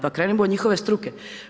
Pa krenimo od njihove struke.